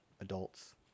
adults